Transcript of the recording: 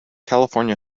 california